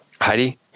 Heidi